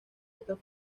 estas